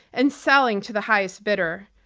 and selling to the highest bidder.